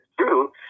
true